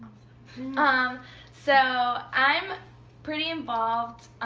um so i'm pretty involved.